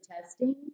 testing